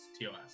TOS